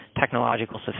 technological